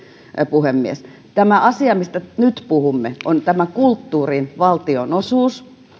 puhemies tämä asia mistä nyt puhumme on kulttuurin valtionosuus